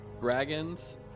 Dragons